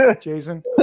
Jason